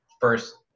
first